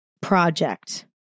Project